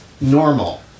normal